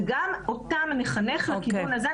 וגם אותם נחנך לכיוון הזה,